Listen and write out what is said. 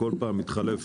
כל פעם כשמתחלף